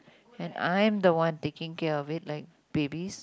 and I'm the one taking care of it like babies